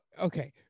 Okay